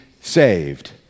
saved